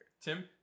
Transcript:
Tim